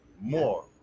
more